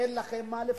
אין לכם מה לפחד.